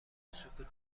سکوت